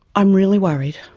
i'm really worried,